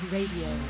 Radio